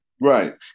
Right